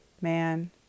man